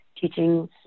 teachings